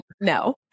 no